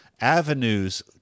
avenues